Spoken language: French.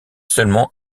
seulement